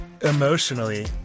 Emotionally